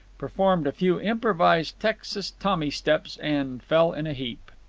performed a few improvised texas tommy steps, and fell in a heap.